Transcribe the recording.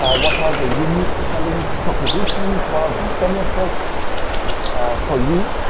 ah what are the unique selling propositions? what are the benefits for you?